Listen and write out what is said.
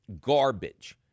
garbage